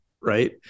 Right